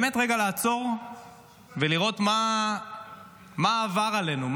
באמת רגע לעצור ולראות מה עבר עלינו,